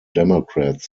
democrats